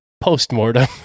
post-mortem